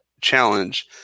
challenge